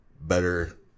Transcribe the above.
better